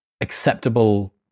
acceptable